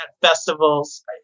festivals